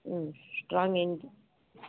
ಹ್ಞೂ strong int